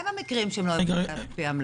מה עם המקרים שלא לפי המלצתכם?